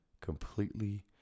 completely